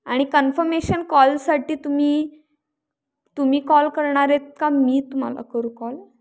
आणि कन्फमेशन कॉलसाठी तुम्ही तुम्ही कॉल करणार आहेत का मी तुम्हाला करू कॉल